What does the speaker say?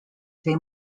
they